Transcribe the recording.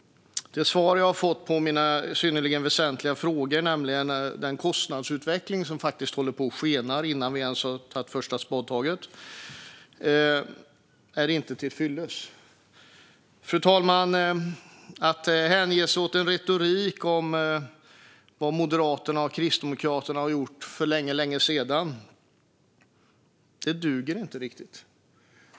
De svar jag har fått på mina synnerligen väsentliga frågor, nämligen om kostnadsutvecklingen som faktiskt håller på att skena innan första spadtaget ens har tagits, är inte tillfyllest. Fru talman! Att hänge sig åt retorik om vad Moderaterna och Kristdemokraterna har gjort för länge, länge sedan duger inte riktigt.